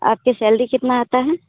आपकी सैलरी कितनी आती है